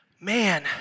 man